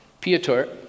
Piotr